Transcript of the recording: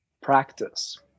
practice